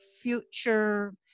future